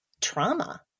trauma